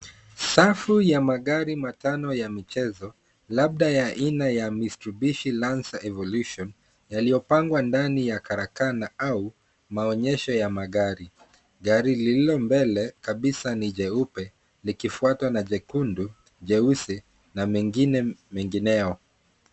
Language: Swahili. Safu ya magari matano ya michezo labda ya aina ya Mistuishi Lancer Evolution yaliyopangwa ndani ya karakana au maonyesho ya magari. Gari lilio mbele kabisa ni jeupe likufuatwa na jekundu , jeusi na mengine mengineo.